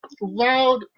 loud